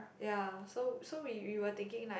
ya so so we we were thinking like